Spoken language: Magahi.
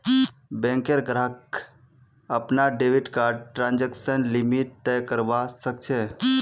बैंक ग्राहक अपनार डेबिट कार्डर ट्रांजेक्शन लिमिट तय करवा सख छ